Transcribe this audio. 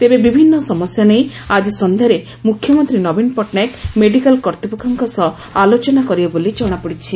ତେବେ ବିଭିନ୍ଦ ସମସ୍ୟା ନେଇ ଆକି ସନ୍ଧ୍ୟାରେ ମୁଖ୍ୟମନ୍ତୀ ନବୀନ ପଟ୍ଟନାୟକ ମେଡିକାଲ୍ କର୍ତ୍ତୃପକ୍ଷଙ୍କ ସହ ଆଲୋଚନା କରିବେ ବୋଲି ଜଣାପଡ଼ିଛି